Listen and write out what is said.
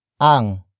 ang